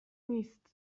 نیست